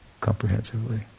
comprehensively